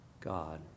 God